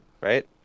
right